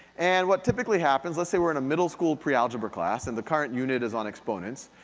and what typically happens, let's say we're in a middle school pre-algebra class, and the current unit is on exponents,